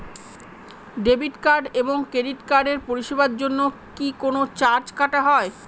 Debit card এবং credit কার্ডের পরিষেবার জন্য কি কোন চার্জ কাটা হয়?